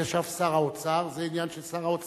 אם ישב שר האוצר, זה עניין של שר האוצר.